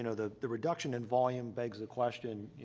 you know the the reduction in volume begs a question,